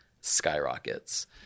skyrockets